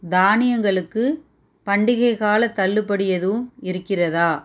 தானியங்களுக்கு பண்டிகை கால தள்ளுபடி எதுவும் இருக்கிறதா